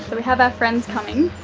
but we have our friends coming,